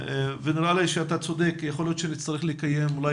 נראה לי שאתה צודק כי יכול להיות שנצטרך לקיים אולי